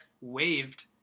waved